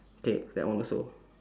K that one also